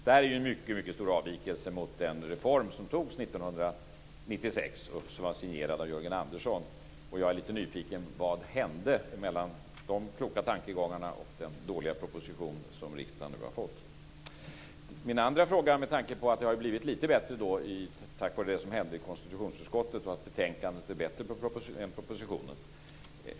Det här är ju en mycket stor avvikelse jämfört med den reform som beslutades 1996 och som var signerad av Jörgen Andersson. Jag är lite nyfiken på vad som hände mellan de kloka tankegångarna och den dåliga proposition som riksdagen nu har fått. Min andra fråga ställer jag med tanke på att det har blivit lite bättre tack vare det som hände i konstitutionsutskottet och att betänkandet är bättre än propositionen.